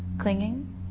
clinging